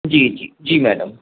जी जी जी मैडम